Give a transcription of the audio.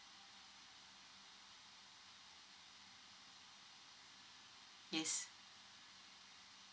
yes